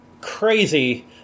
crazy